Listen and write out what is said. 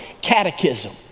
Catechism